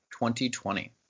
2020